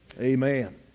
Amen